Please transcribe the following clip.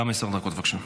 גם עשר דקות, בבקשה.